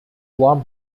warm